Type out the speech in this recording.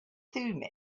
thummim